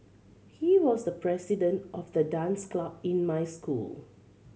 he was the president of the dance club in my school